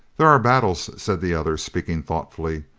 there are battles, said the other, speaking thoughtfully,